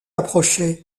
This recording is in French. approchait